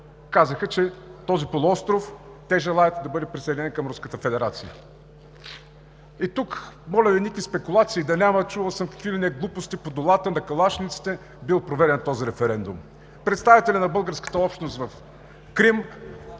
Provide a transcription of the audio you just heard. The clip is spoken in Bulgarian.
казаха, че този полуостров те желаят да бъде присъединен към Руската федерация. И тук, моля, никакви спекулации да няма. Чувал съм какви ли не глупости – под дулата на калашниците бил проведен този референдум. Представителят на българската общност в Крим,